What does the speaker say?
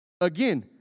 Again